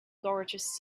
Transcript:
gorgeous